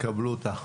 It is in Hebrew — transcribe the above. תקבלו אותה.